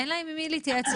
אין להם עם מי להתייעץ על זה.